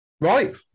Right